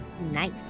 Nice